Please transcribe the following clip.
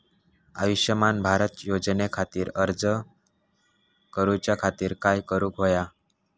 आयुष्यमान भारत योजने खातिर अर्ज करूच्या खातिर काय करुक होया?